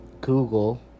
Google